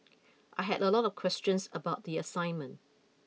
I had a lot of questions about the assignment